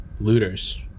looters